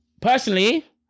personally